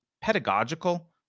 pedagogical